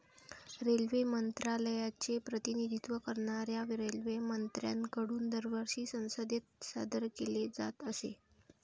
railway मंत्रालयाचे प्रतिनिधित्व करणाऱ्या रेल्वेमंत्र्यांकडून दरवर्षी संसदेत सादर केले जात असे